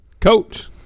Coach